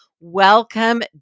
Welcome